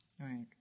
Right